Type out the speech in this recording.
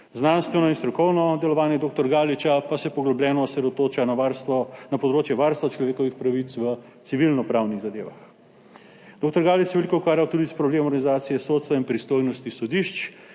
znanstveno in strokovno delovanje dr. Galiča pa se poglobljeno osredotoča na področje varstva človekovih pravic v civilnopravnih zadevah. Dr. Galič se je veliko ukvarjal tudi s problemom organizacije sodstva in pristojnosti sodišč